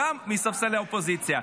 גם מספסלי האופוזיציה.